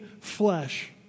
flesh